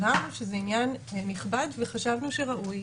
הבהרנו שזה עניין נכבד וחשבנו שראוי